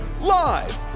live